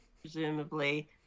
presumably